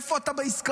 איפה אתה בעסקאות?